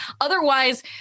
Otherwise